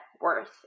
worth